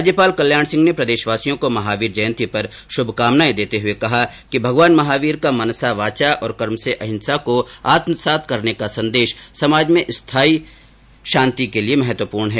राज्यपाल कल्याण सिंह ने प्रदेशवासियों को महावीर जयंती पर शुभकामनाए देते हुए कहा है कि भगवान महावीर का मनसा वाचा और कर्म से अहिंसा को आत्मसात करने का संदेश समाज में स्थायी शांति के लिए महत्वपूर्ण है